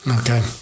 Okay